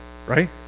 right